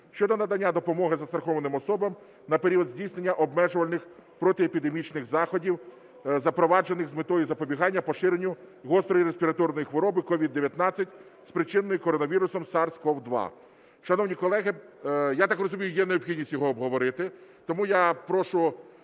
(щодо надання допомоги застрахованим особам на період здійснення обмежувальних протиепідемічних заходів, запроваджених з метою запобігання поширенню гострої респіраторної хвороби COVID-19, спричиненої коронавірусом SARS-CoV-2). Шановні колеги, я так розумію, є необхідність його обговорити. Тому я прошу,